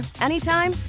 anytime